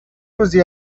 روزی